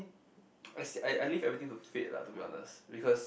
I I leave everything to fate lah to be honest because